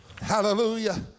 Hallelujah